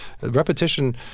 Repetition